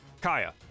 Kaya